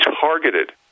targeted